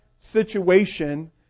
situation